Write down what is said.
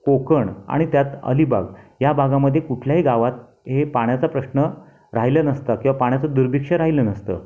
कोकण आणि त्यात अलीबाग या भागामध्ये कुठल्याही गावात हे पाण्याचा प्रश्न राहिले नसता किंवा पाण्याचं दुर्भीक्ष्य राहिलं नसतं